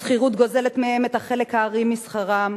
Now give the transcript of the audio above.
השכירות גוזלת מהם את חלק הארי משכרם,